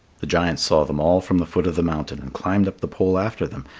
the giant saw them all from the foot of the mountain and climbed up the pole after them.